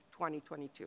2022